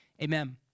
Amen